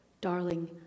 darling